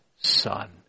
son